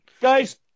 Guys